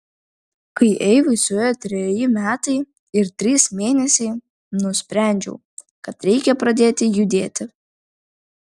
kai eivai suėjo treji metai ir trys mėnesiai nusprendžiau kad reikia pradėti judėti